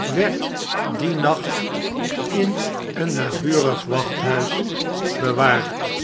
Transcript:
werd diem nacht in een naburig wachthuis bewaard